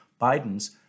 Biden's